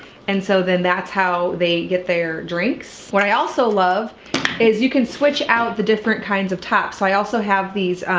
and so then that's how they get their drinks. what i also love is you can switch out the different kinds of tops. so i also have these